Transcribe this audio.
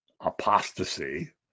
apostasy